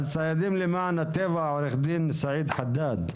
אז ציידים למען הטבע, עו"ד סעיד חדאד.